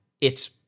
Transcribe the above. it's-